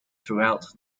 throughout